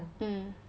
mm